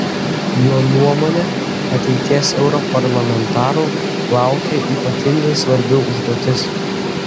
jo nuomone ateities europarlamentarų laukia ypatingai svarbi užduotis